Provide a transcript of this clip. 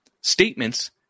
statements